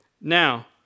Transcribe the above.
Now